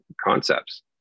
concepts